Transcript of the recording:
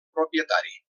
propietari